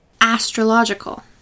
Astrological